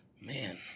Man